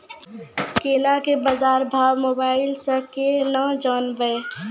केला के बाजार भाव मोबाइल से के ना जान ब?